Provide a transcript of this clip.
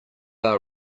our